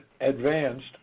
advanced